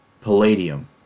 Palladium